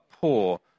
poor